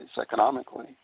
economically